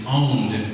owned